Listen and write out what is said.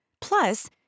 Plus